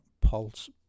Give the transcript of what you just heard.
Pulse